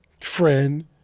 friend